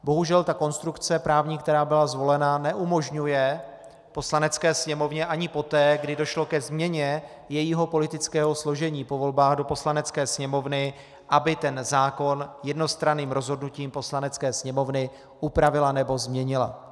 Bohužel právní konstrukce, která byla zvolena, neumožňuje Poslanecké sněmovně ani poté, kdy došlo ke změně jejího politického složení po volbách do Poslanecké sněmovny, aby zákon jednostranným rozhodnutím Poslanecké sněmovny upravila nebo změnila.